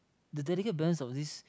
the delicate brand of this